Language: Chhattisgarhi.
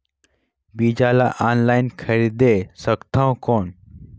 बीजा ला ऑनलाइन खरीदे सकथव कौन?